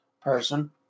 person